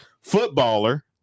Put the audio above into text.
footballer